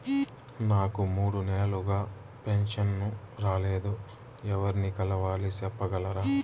నాకు మూడు నెలలుగా పెన్షన్ రాలేదు ఎవర్ని కలవాలి సెప్పగలరా?